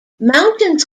mountains